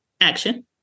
Action